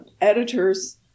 editors